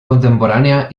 contemporánea